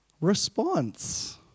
response